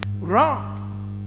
Wrong